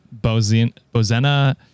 Bozena